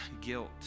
guilt